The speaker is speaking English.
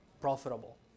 profitable